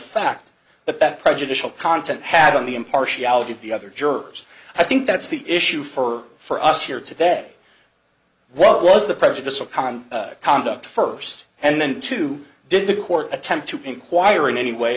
fact that that prejudicial content had on the impartiality of the other jurors i think that's the issue for for us here today what was the presidential common conduct first and then two did the court attempt to inquire in any way